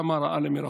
כמה ראה למרחוק.